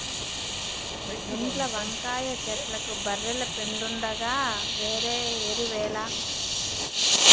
ఇంట్ల వంకాయ చెట్లకు బర్రెల పెండుండగా వేరే ఎరువేల